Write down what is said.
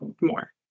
more